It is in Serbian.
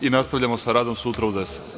Nastavljamo sa radom sutra u 10.